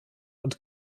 und